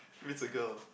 if it's a girl